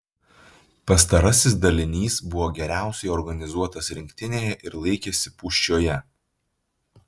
pastarasis dalinys buvo geriausiai organizuotas rinktinėje ir laikėsi pūščioje